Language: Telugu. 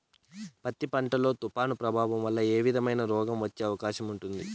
పత్తి పంట లో, తుఫాను ప్రభావం వల్ల ఏ విధమైన రోగం వచ్చే అవకాశం ఉంటుంది?